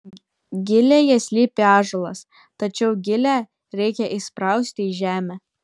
gilėje slypi ąžuolas tačiau gilę reikia įsprausti į žemę